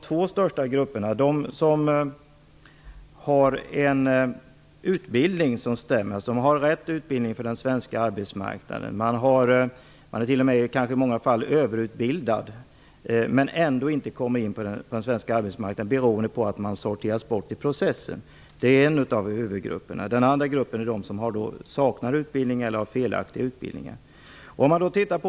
Till en av grupperna hör de som har rätt utbildning, en utbildning som stämmer med den svenska arbetsmarknadens behov. De är i många fall t.o.m. överutbildade men kommer ändå inte in på den svenska arbetsmarknaden beroende på att de sorteras bort i processen. Till den andra gruppen hör de som saknar utbildning eller har felaktig utbildning.